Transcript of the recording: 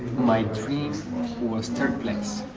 my dream was third place.